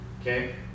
Okay